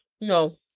No